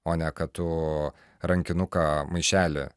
o ne kad tu rankinuką maišelį